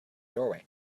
doorway